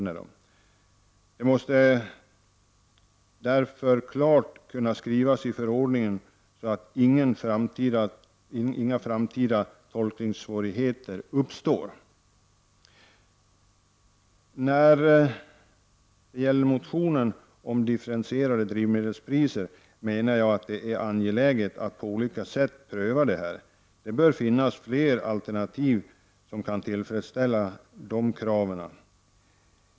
Detta måste därför klart skrivas in i förordningen, så att inga framtida tolkningssvårigheter uppstår. När det gäller motionen om differentierade drivmedelspriser menar jag att det är angeläget att på olika sätt pröva detta. Det bör finnas flera alternativ som kan tillfredsställa dessa krav.